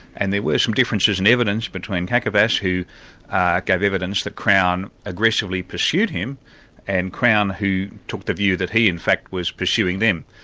and there were some differences in evidence between kakavas, who gave evidence that crown aggressively pursued him and crown who took the view that he in fact was pursuing them.